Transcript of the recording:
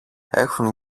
έχουν